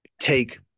take